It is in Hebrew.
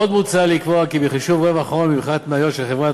עוד מוצע לקבוע כי בחישוב רווח ההון במכירת מניות של חברת